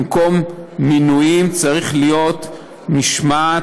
במקום "(מינויים)" צריך להיות "(משמעת),